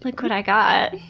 look what i got!